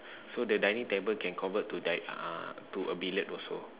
so the dining table can convert to like uh to a billard also